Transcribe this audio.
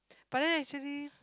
but then actually